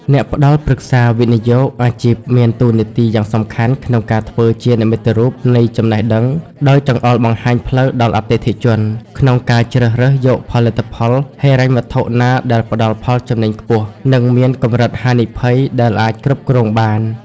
អ្នកផ្ដល់ប្រឹក្សាវិនិយោគអាជីពមានតួនាទីយ៉ាងសំខាន់ក្នុងការធ្វើជានិមិត្តរូបនៃចំណេះដឹង ដោយចង្អុលបង្ហាញផ្លូវដល់អតិថិជនក្នុងការជ្រើសរើសយកផលិតផលហិរញ្ញវត្ថុណាដែលផ្ដល់ផលចំណេញខ្ពស់ និងមានកម្រិតហានិភ័យដែលអាចគ្រប់គ្រងបាន។